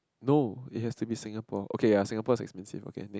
no it has to be Singapore okay ya Singapore is expensive okay next